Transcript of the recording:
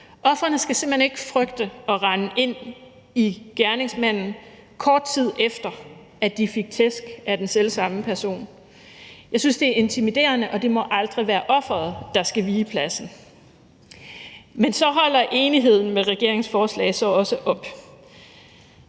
simpelt hen ikke frygte at rende ind i gerningsmanden, kort tid efter at de fik tæsk af den selv samme person. Jeg synes, det er intimiderende, og det må aldrig være offeret, der skal vige pladsen. Men så holder enigheden i forhold til regeringens forslag så også op.